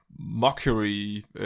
Mockery